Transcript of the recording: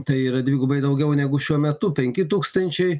tai yra dvigubai daugiau negu šiuo metu penki tūkstančiai